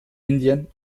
indien